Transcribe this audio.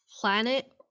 planet